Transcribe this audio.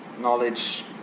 knowledge